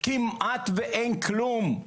כמעט ואין כלום,